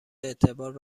اعتبار